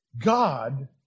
God